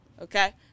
Okay